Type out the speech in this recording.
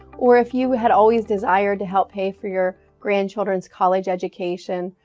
or if you had always desired to help pay for your grand-children's college education.